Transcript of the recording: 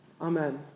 Amen